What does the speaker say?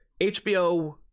HBO